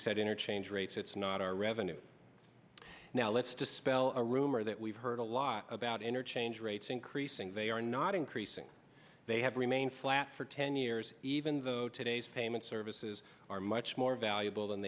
set interchange rates it's not our revenue now let's dispel a rumor that we've heard a lot about interchange rates increasing they are not increasing they have remained flat for ten years even though today's payment services are much more valuable than